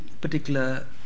particular